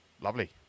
lovely